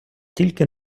тільки